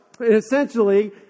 essentially